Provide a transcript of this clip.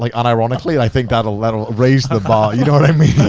like unironically. i think that'll that'll raise the bar. you know what i mean?